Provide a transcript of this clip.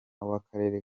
w’akarere